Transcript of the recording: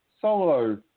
solo